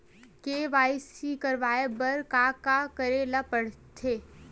KYC करवाय बर का का करे ल पड़थे?